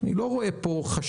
אני לא רואה חשש,